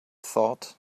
thought